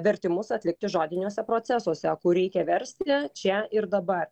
vertimus atlikti žodiniuose procesuose kur reikia versti čia ir dabar